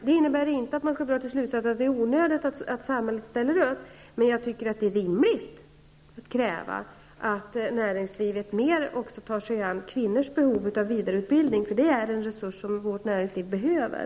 Det innebär inte att man kan dra slutsatsen att det är onödigt att samhället ställer upp, men det är rimligt att kräva att näringslivet mer tar sig an också kvinnors behov av vidareutbildning, för det är en resurs som vårt näringsliv behöver.